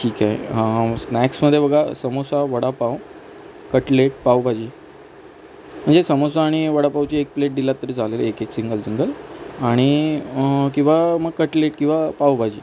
ठीक आहे स्नॅक्समध्ये बघा समोसा वडापाव कटलेट पावभाजी म्हणजे समोसा आणि वडापावची एक प्लेट दिलात तरी चालेल एक एक सिंगल सिंगल आणि किवा मग कटलेट किंवा पावभाजी